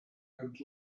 and